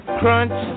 crunch